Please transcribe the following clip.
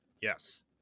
Yes